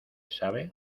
sabe